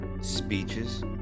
speeches